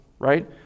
Right